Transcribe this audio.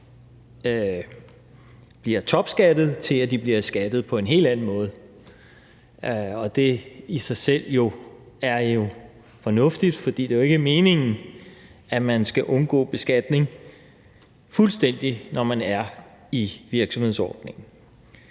bliver topbeskattet og i stedet bliver beskattet på en helt anden måde, og det i sig selv er fornuftigt, for det er jo ikke meningen, at man skal undgå beskatning fuldstændig, når man er i virksomhedsordningen.